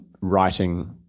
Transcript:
writing